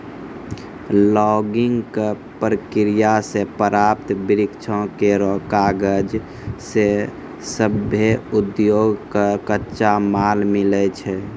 logging क प्रक्रिया सें प्राप्त वृक्षो केरो कागज सें सभ्भे उद्योग कॅ कच्चा माल मिलै छै